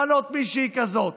למנות מישהי כזאת.